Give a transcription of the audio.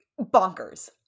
Bonkers